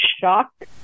shocked